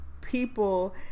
people